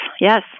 Yes